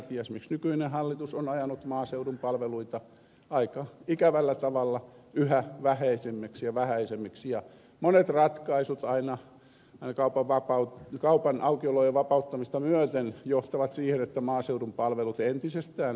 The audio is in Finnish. ja esimerkiksi nykyinen hallitus on ajanut maaseudun palveluita aika ikävällä tavalla yhä vähäisemmiksi ja vähäisemmiksi ja monet ratkaisut aina kaupan aukiolojen vapauttamista myöten johtavat siihen että maaseudun palvelut entisestään heikkenevät